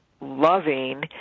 loving